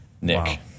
Nick